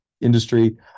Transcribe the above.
industry